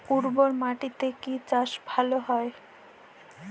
উর্বর মাটিতে কি চাষ ভালো হয়?